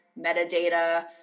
metadata